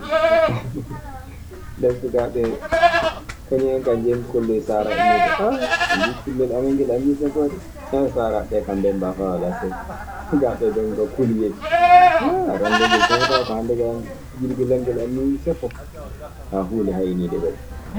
Nden sukaaɓe kaa njey kolloyi saaraaɓe muuɗum em. kullel amen ngel annii sefo! nden saaraaɓe kaa mbemmbaa faa walaa seese. Sukaaɓe kaa kuli ngari, arannde kaa ngel sefotaako. Hannde kaa pijirgelan ngel annii sefoo, ah huunde hayniinde waɗii.